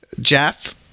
Jeff